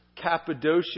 Cappadocia